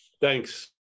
Thanks